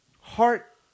heart